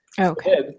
Okay